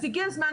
אז הגיע הזמן,